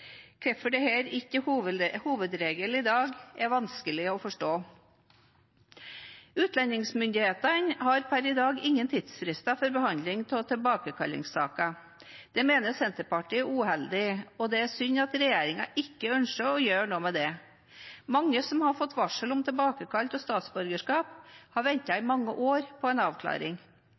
ikke er hovedregel i dag, er vanskelig å forstå. Utlendingsmyndighetene har per i dag ingen tidsfrister for behandling av tilbakekallssaker. Det mener Senterpartiet er uheldig, og det er synd at regjeringen ikke ønsker å gjøre noe med det. Mange som har fått varsel om tilbakekall av statsborgerskap, har ventet mange år på en avklaring.